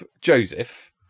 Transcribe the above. Joseph